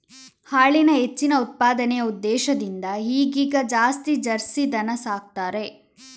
ಹಾಲಿನ ಹೆಚ್ಚಿನ ಉತ್ಪಾದನೆಯ ಉದ್ದೇಶದಿಂದ ಈಗೀಗ ಜಾಸ್ತಿ ಜರ್ಸಿ ದನ ಸಾಕ್ತಾರೆ